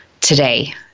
today